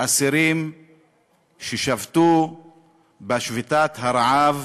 אסירים ששבתו בשביתת הרעב